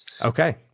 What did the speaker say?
okay